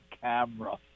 camera